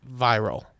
viral